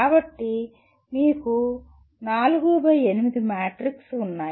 కాబట్టి మీకు 4 by 8 matrix ఉన్నాయి